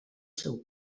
seu